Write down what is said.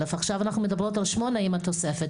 עכשיו אנחנו מדברות על שמונה עם התוספת,